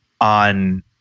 on